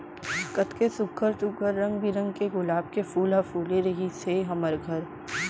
कतेक सुग्घर सुघ्घर रंग बिरंग के गुलाब के फूल ह फूले रिहिस हे हमर घर